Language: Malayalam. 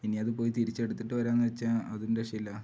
ഇനി അത് പോയി തിരിച്ചെടുത്തിട്ട് വരാമെന്ന് വെച്ചാൽ അതും രക്ഷയില്ല